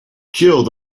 killed